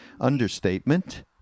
understatement